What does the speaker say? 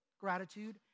gratitude